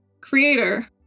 creator